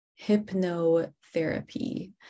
Hypnotherapy